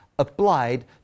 applied